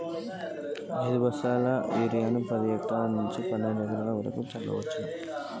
ఐదు బస్తాల యూరియా ను ఎన్ని ఎకరాలకు వేయగలము?